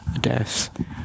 death